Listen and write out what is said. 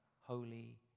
holy